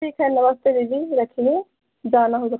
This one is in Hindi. ठीक है नमस्ते दीदी रखिए जाना होगा